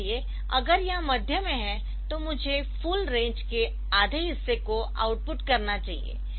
इसलिए अगर यह मध्य में है तो मुझे फूल रेंज के आधे हिस्से को आउटपुट करना चाहिए